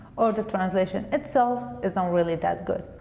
or the translation itself isn't really that good.